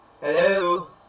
Hello